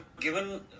given